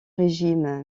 régime